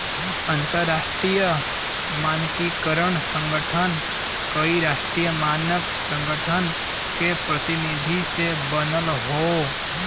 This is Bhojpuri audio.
अंतरराष्ट्रीय मानकीकरण संगठन कई राष्ट्रीय मानक संगठन के प्रतिनिधि से बनल हौ